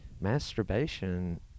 masturbation